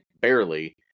barely